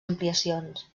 ampliacions